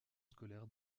scolaire